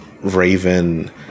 Raven